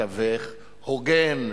מתווך הוגן.